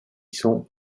sont